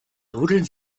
jodeln